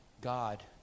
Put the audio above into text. God